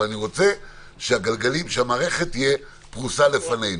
אבל אני רוצה שהמערכת תהיה פרוסה לפנינו.